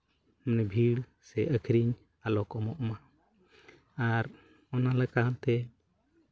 ᱵᱷᱤᱲ ᱥᱮ ᱟᱹᱠᱷᱨᱤᱧ ᱟᱞᱚ ᱠᱚᱢᱚᱜ ᱢᱟ ᱟᱨ ᱚᱱᱟ ᱞᱮᱠᱟᱛᱮ